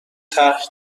طرح